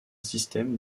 système